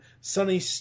sunny